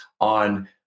on